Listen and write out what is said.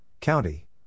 County